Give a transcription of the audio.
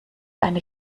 eine